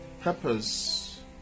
Purpose